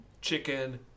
chicken